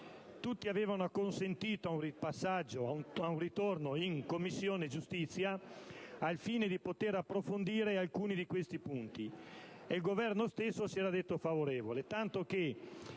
Tutti avevano acconsentito a un ritorno in Commissione giustizia al fine di poter approfondire alcuni di questi punti. Il Governo stesso si era detto favorevole,